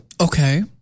Okay